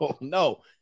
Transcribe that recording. No